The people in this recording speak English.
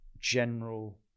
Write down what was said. general